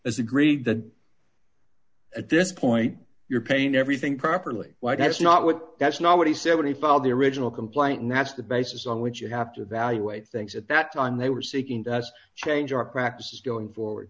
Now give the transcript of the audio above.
as agreed that at this point your pain everything properly why that's not what that's not what he said when he found the original complaint and that's the basis on which you have to evaluate things at that and they were seeking to us change our practices going forward